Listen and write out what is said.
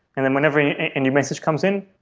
and then whenever a and new message comes in,